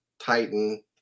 Titan